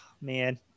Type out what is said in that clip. man